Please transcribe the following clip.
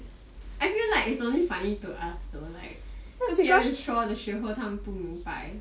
I feel like it's only funny to us though like 跟别人说的时候他们不明白:gen bie ren shuo deshi hou ta men bu ming bai